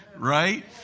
right